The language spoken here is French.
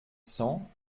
cent